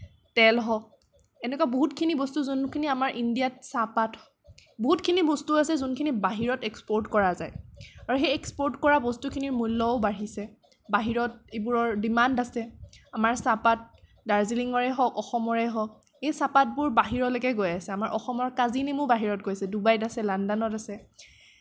তেল হওক এনেকুৱা বহুতখিনি বস্তু যোনখিনি আমাৰ ইণ্ডিয়াত চাহপাত বহুতখিনি বস্তু আছে যোনখিনি বাহিৰত এক্সপৰ্ট কৰা যায় আৰু সেই এক্সপৰ্ট কৰা বস্তুখিনিৰ মূল্যও বাঢ়িছে বাহিৰত এইবোৰৰ ডিমাণ্ড আছে আমাৰ চাহপাত দাৰ্জিলিঙৰে হওক অসমৰে হওক এই চাহপাতবোৰ বাহিৰলৈকে গৈ আছে আমাৰ অসমৰ কাজি নেমু বাহিৰত গৈছে ডুবাইত আছে লণ্ডণত আছে